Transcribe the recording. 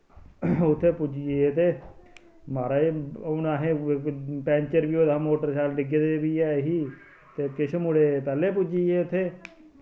उत्थै पुज्जियै ते माराज हून असें पैंचर बी होए दा हा मोटरसैकल डिग्गे दे बी ऐ ही ते किश मुड़े पैह्ले पुज्जियै उत्थै